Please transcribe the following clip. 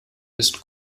ist